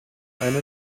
eine